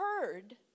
heard